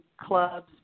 clubs